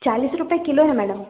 चालीस रुपए किलो है मैडम